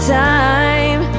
time